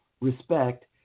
respect